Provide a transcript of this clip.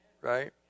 right